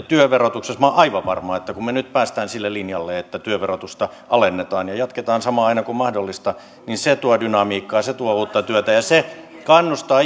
työn verotuksessa minä olen aivan varma että kun me nyt pääsemme sille linjalle että työn verotusta alennetaan ja jatketaan samaa aina kun mahdollista niin se tuo dynamiikkaa se tuo uutta työtä ja se kannustaa